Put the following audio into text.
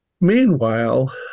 Meanwhile